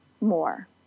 more